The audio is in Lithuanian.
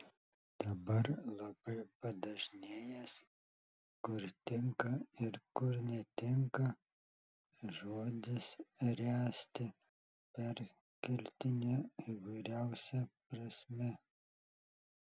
dabar labai padažnėjęs kur tinka ir kur netinka žodis ręsti perkeltine įvairiausia prasme